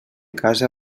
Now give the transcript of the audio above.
casa